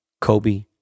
Kobe